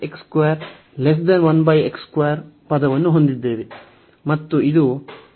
ನಾವು ಈ ಪದವನ್ನು ಹೊಂದಿದ್ದೇವೆ